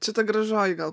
čia ta gražioji gal